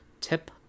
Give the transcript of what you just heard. tip